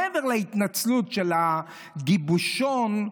מעבר להתנצלות של הגיבושון,